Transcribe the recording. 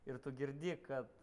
ir tu girdi kad